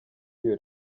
iyo